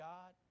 God